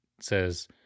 says